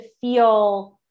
feel